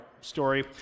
story